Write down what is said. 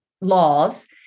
laws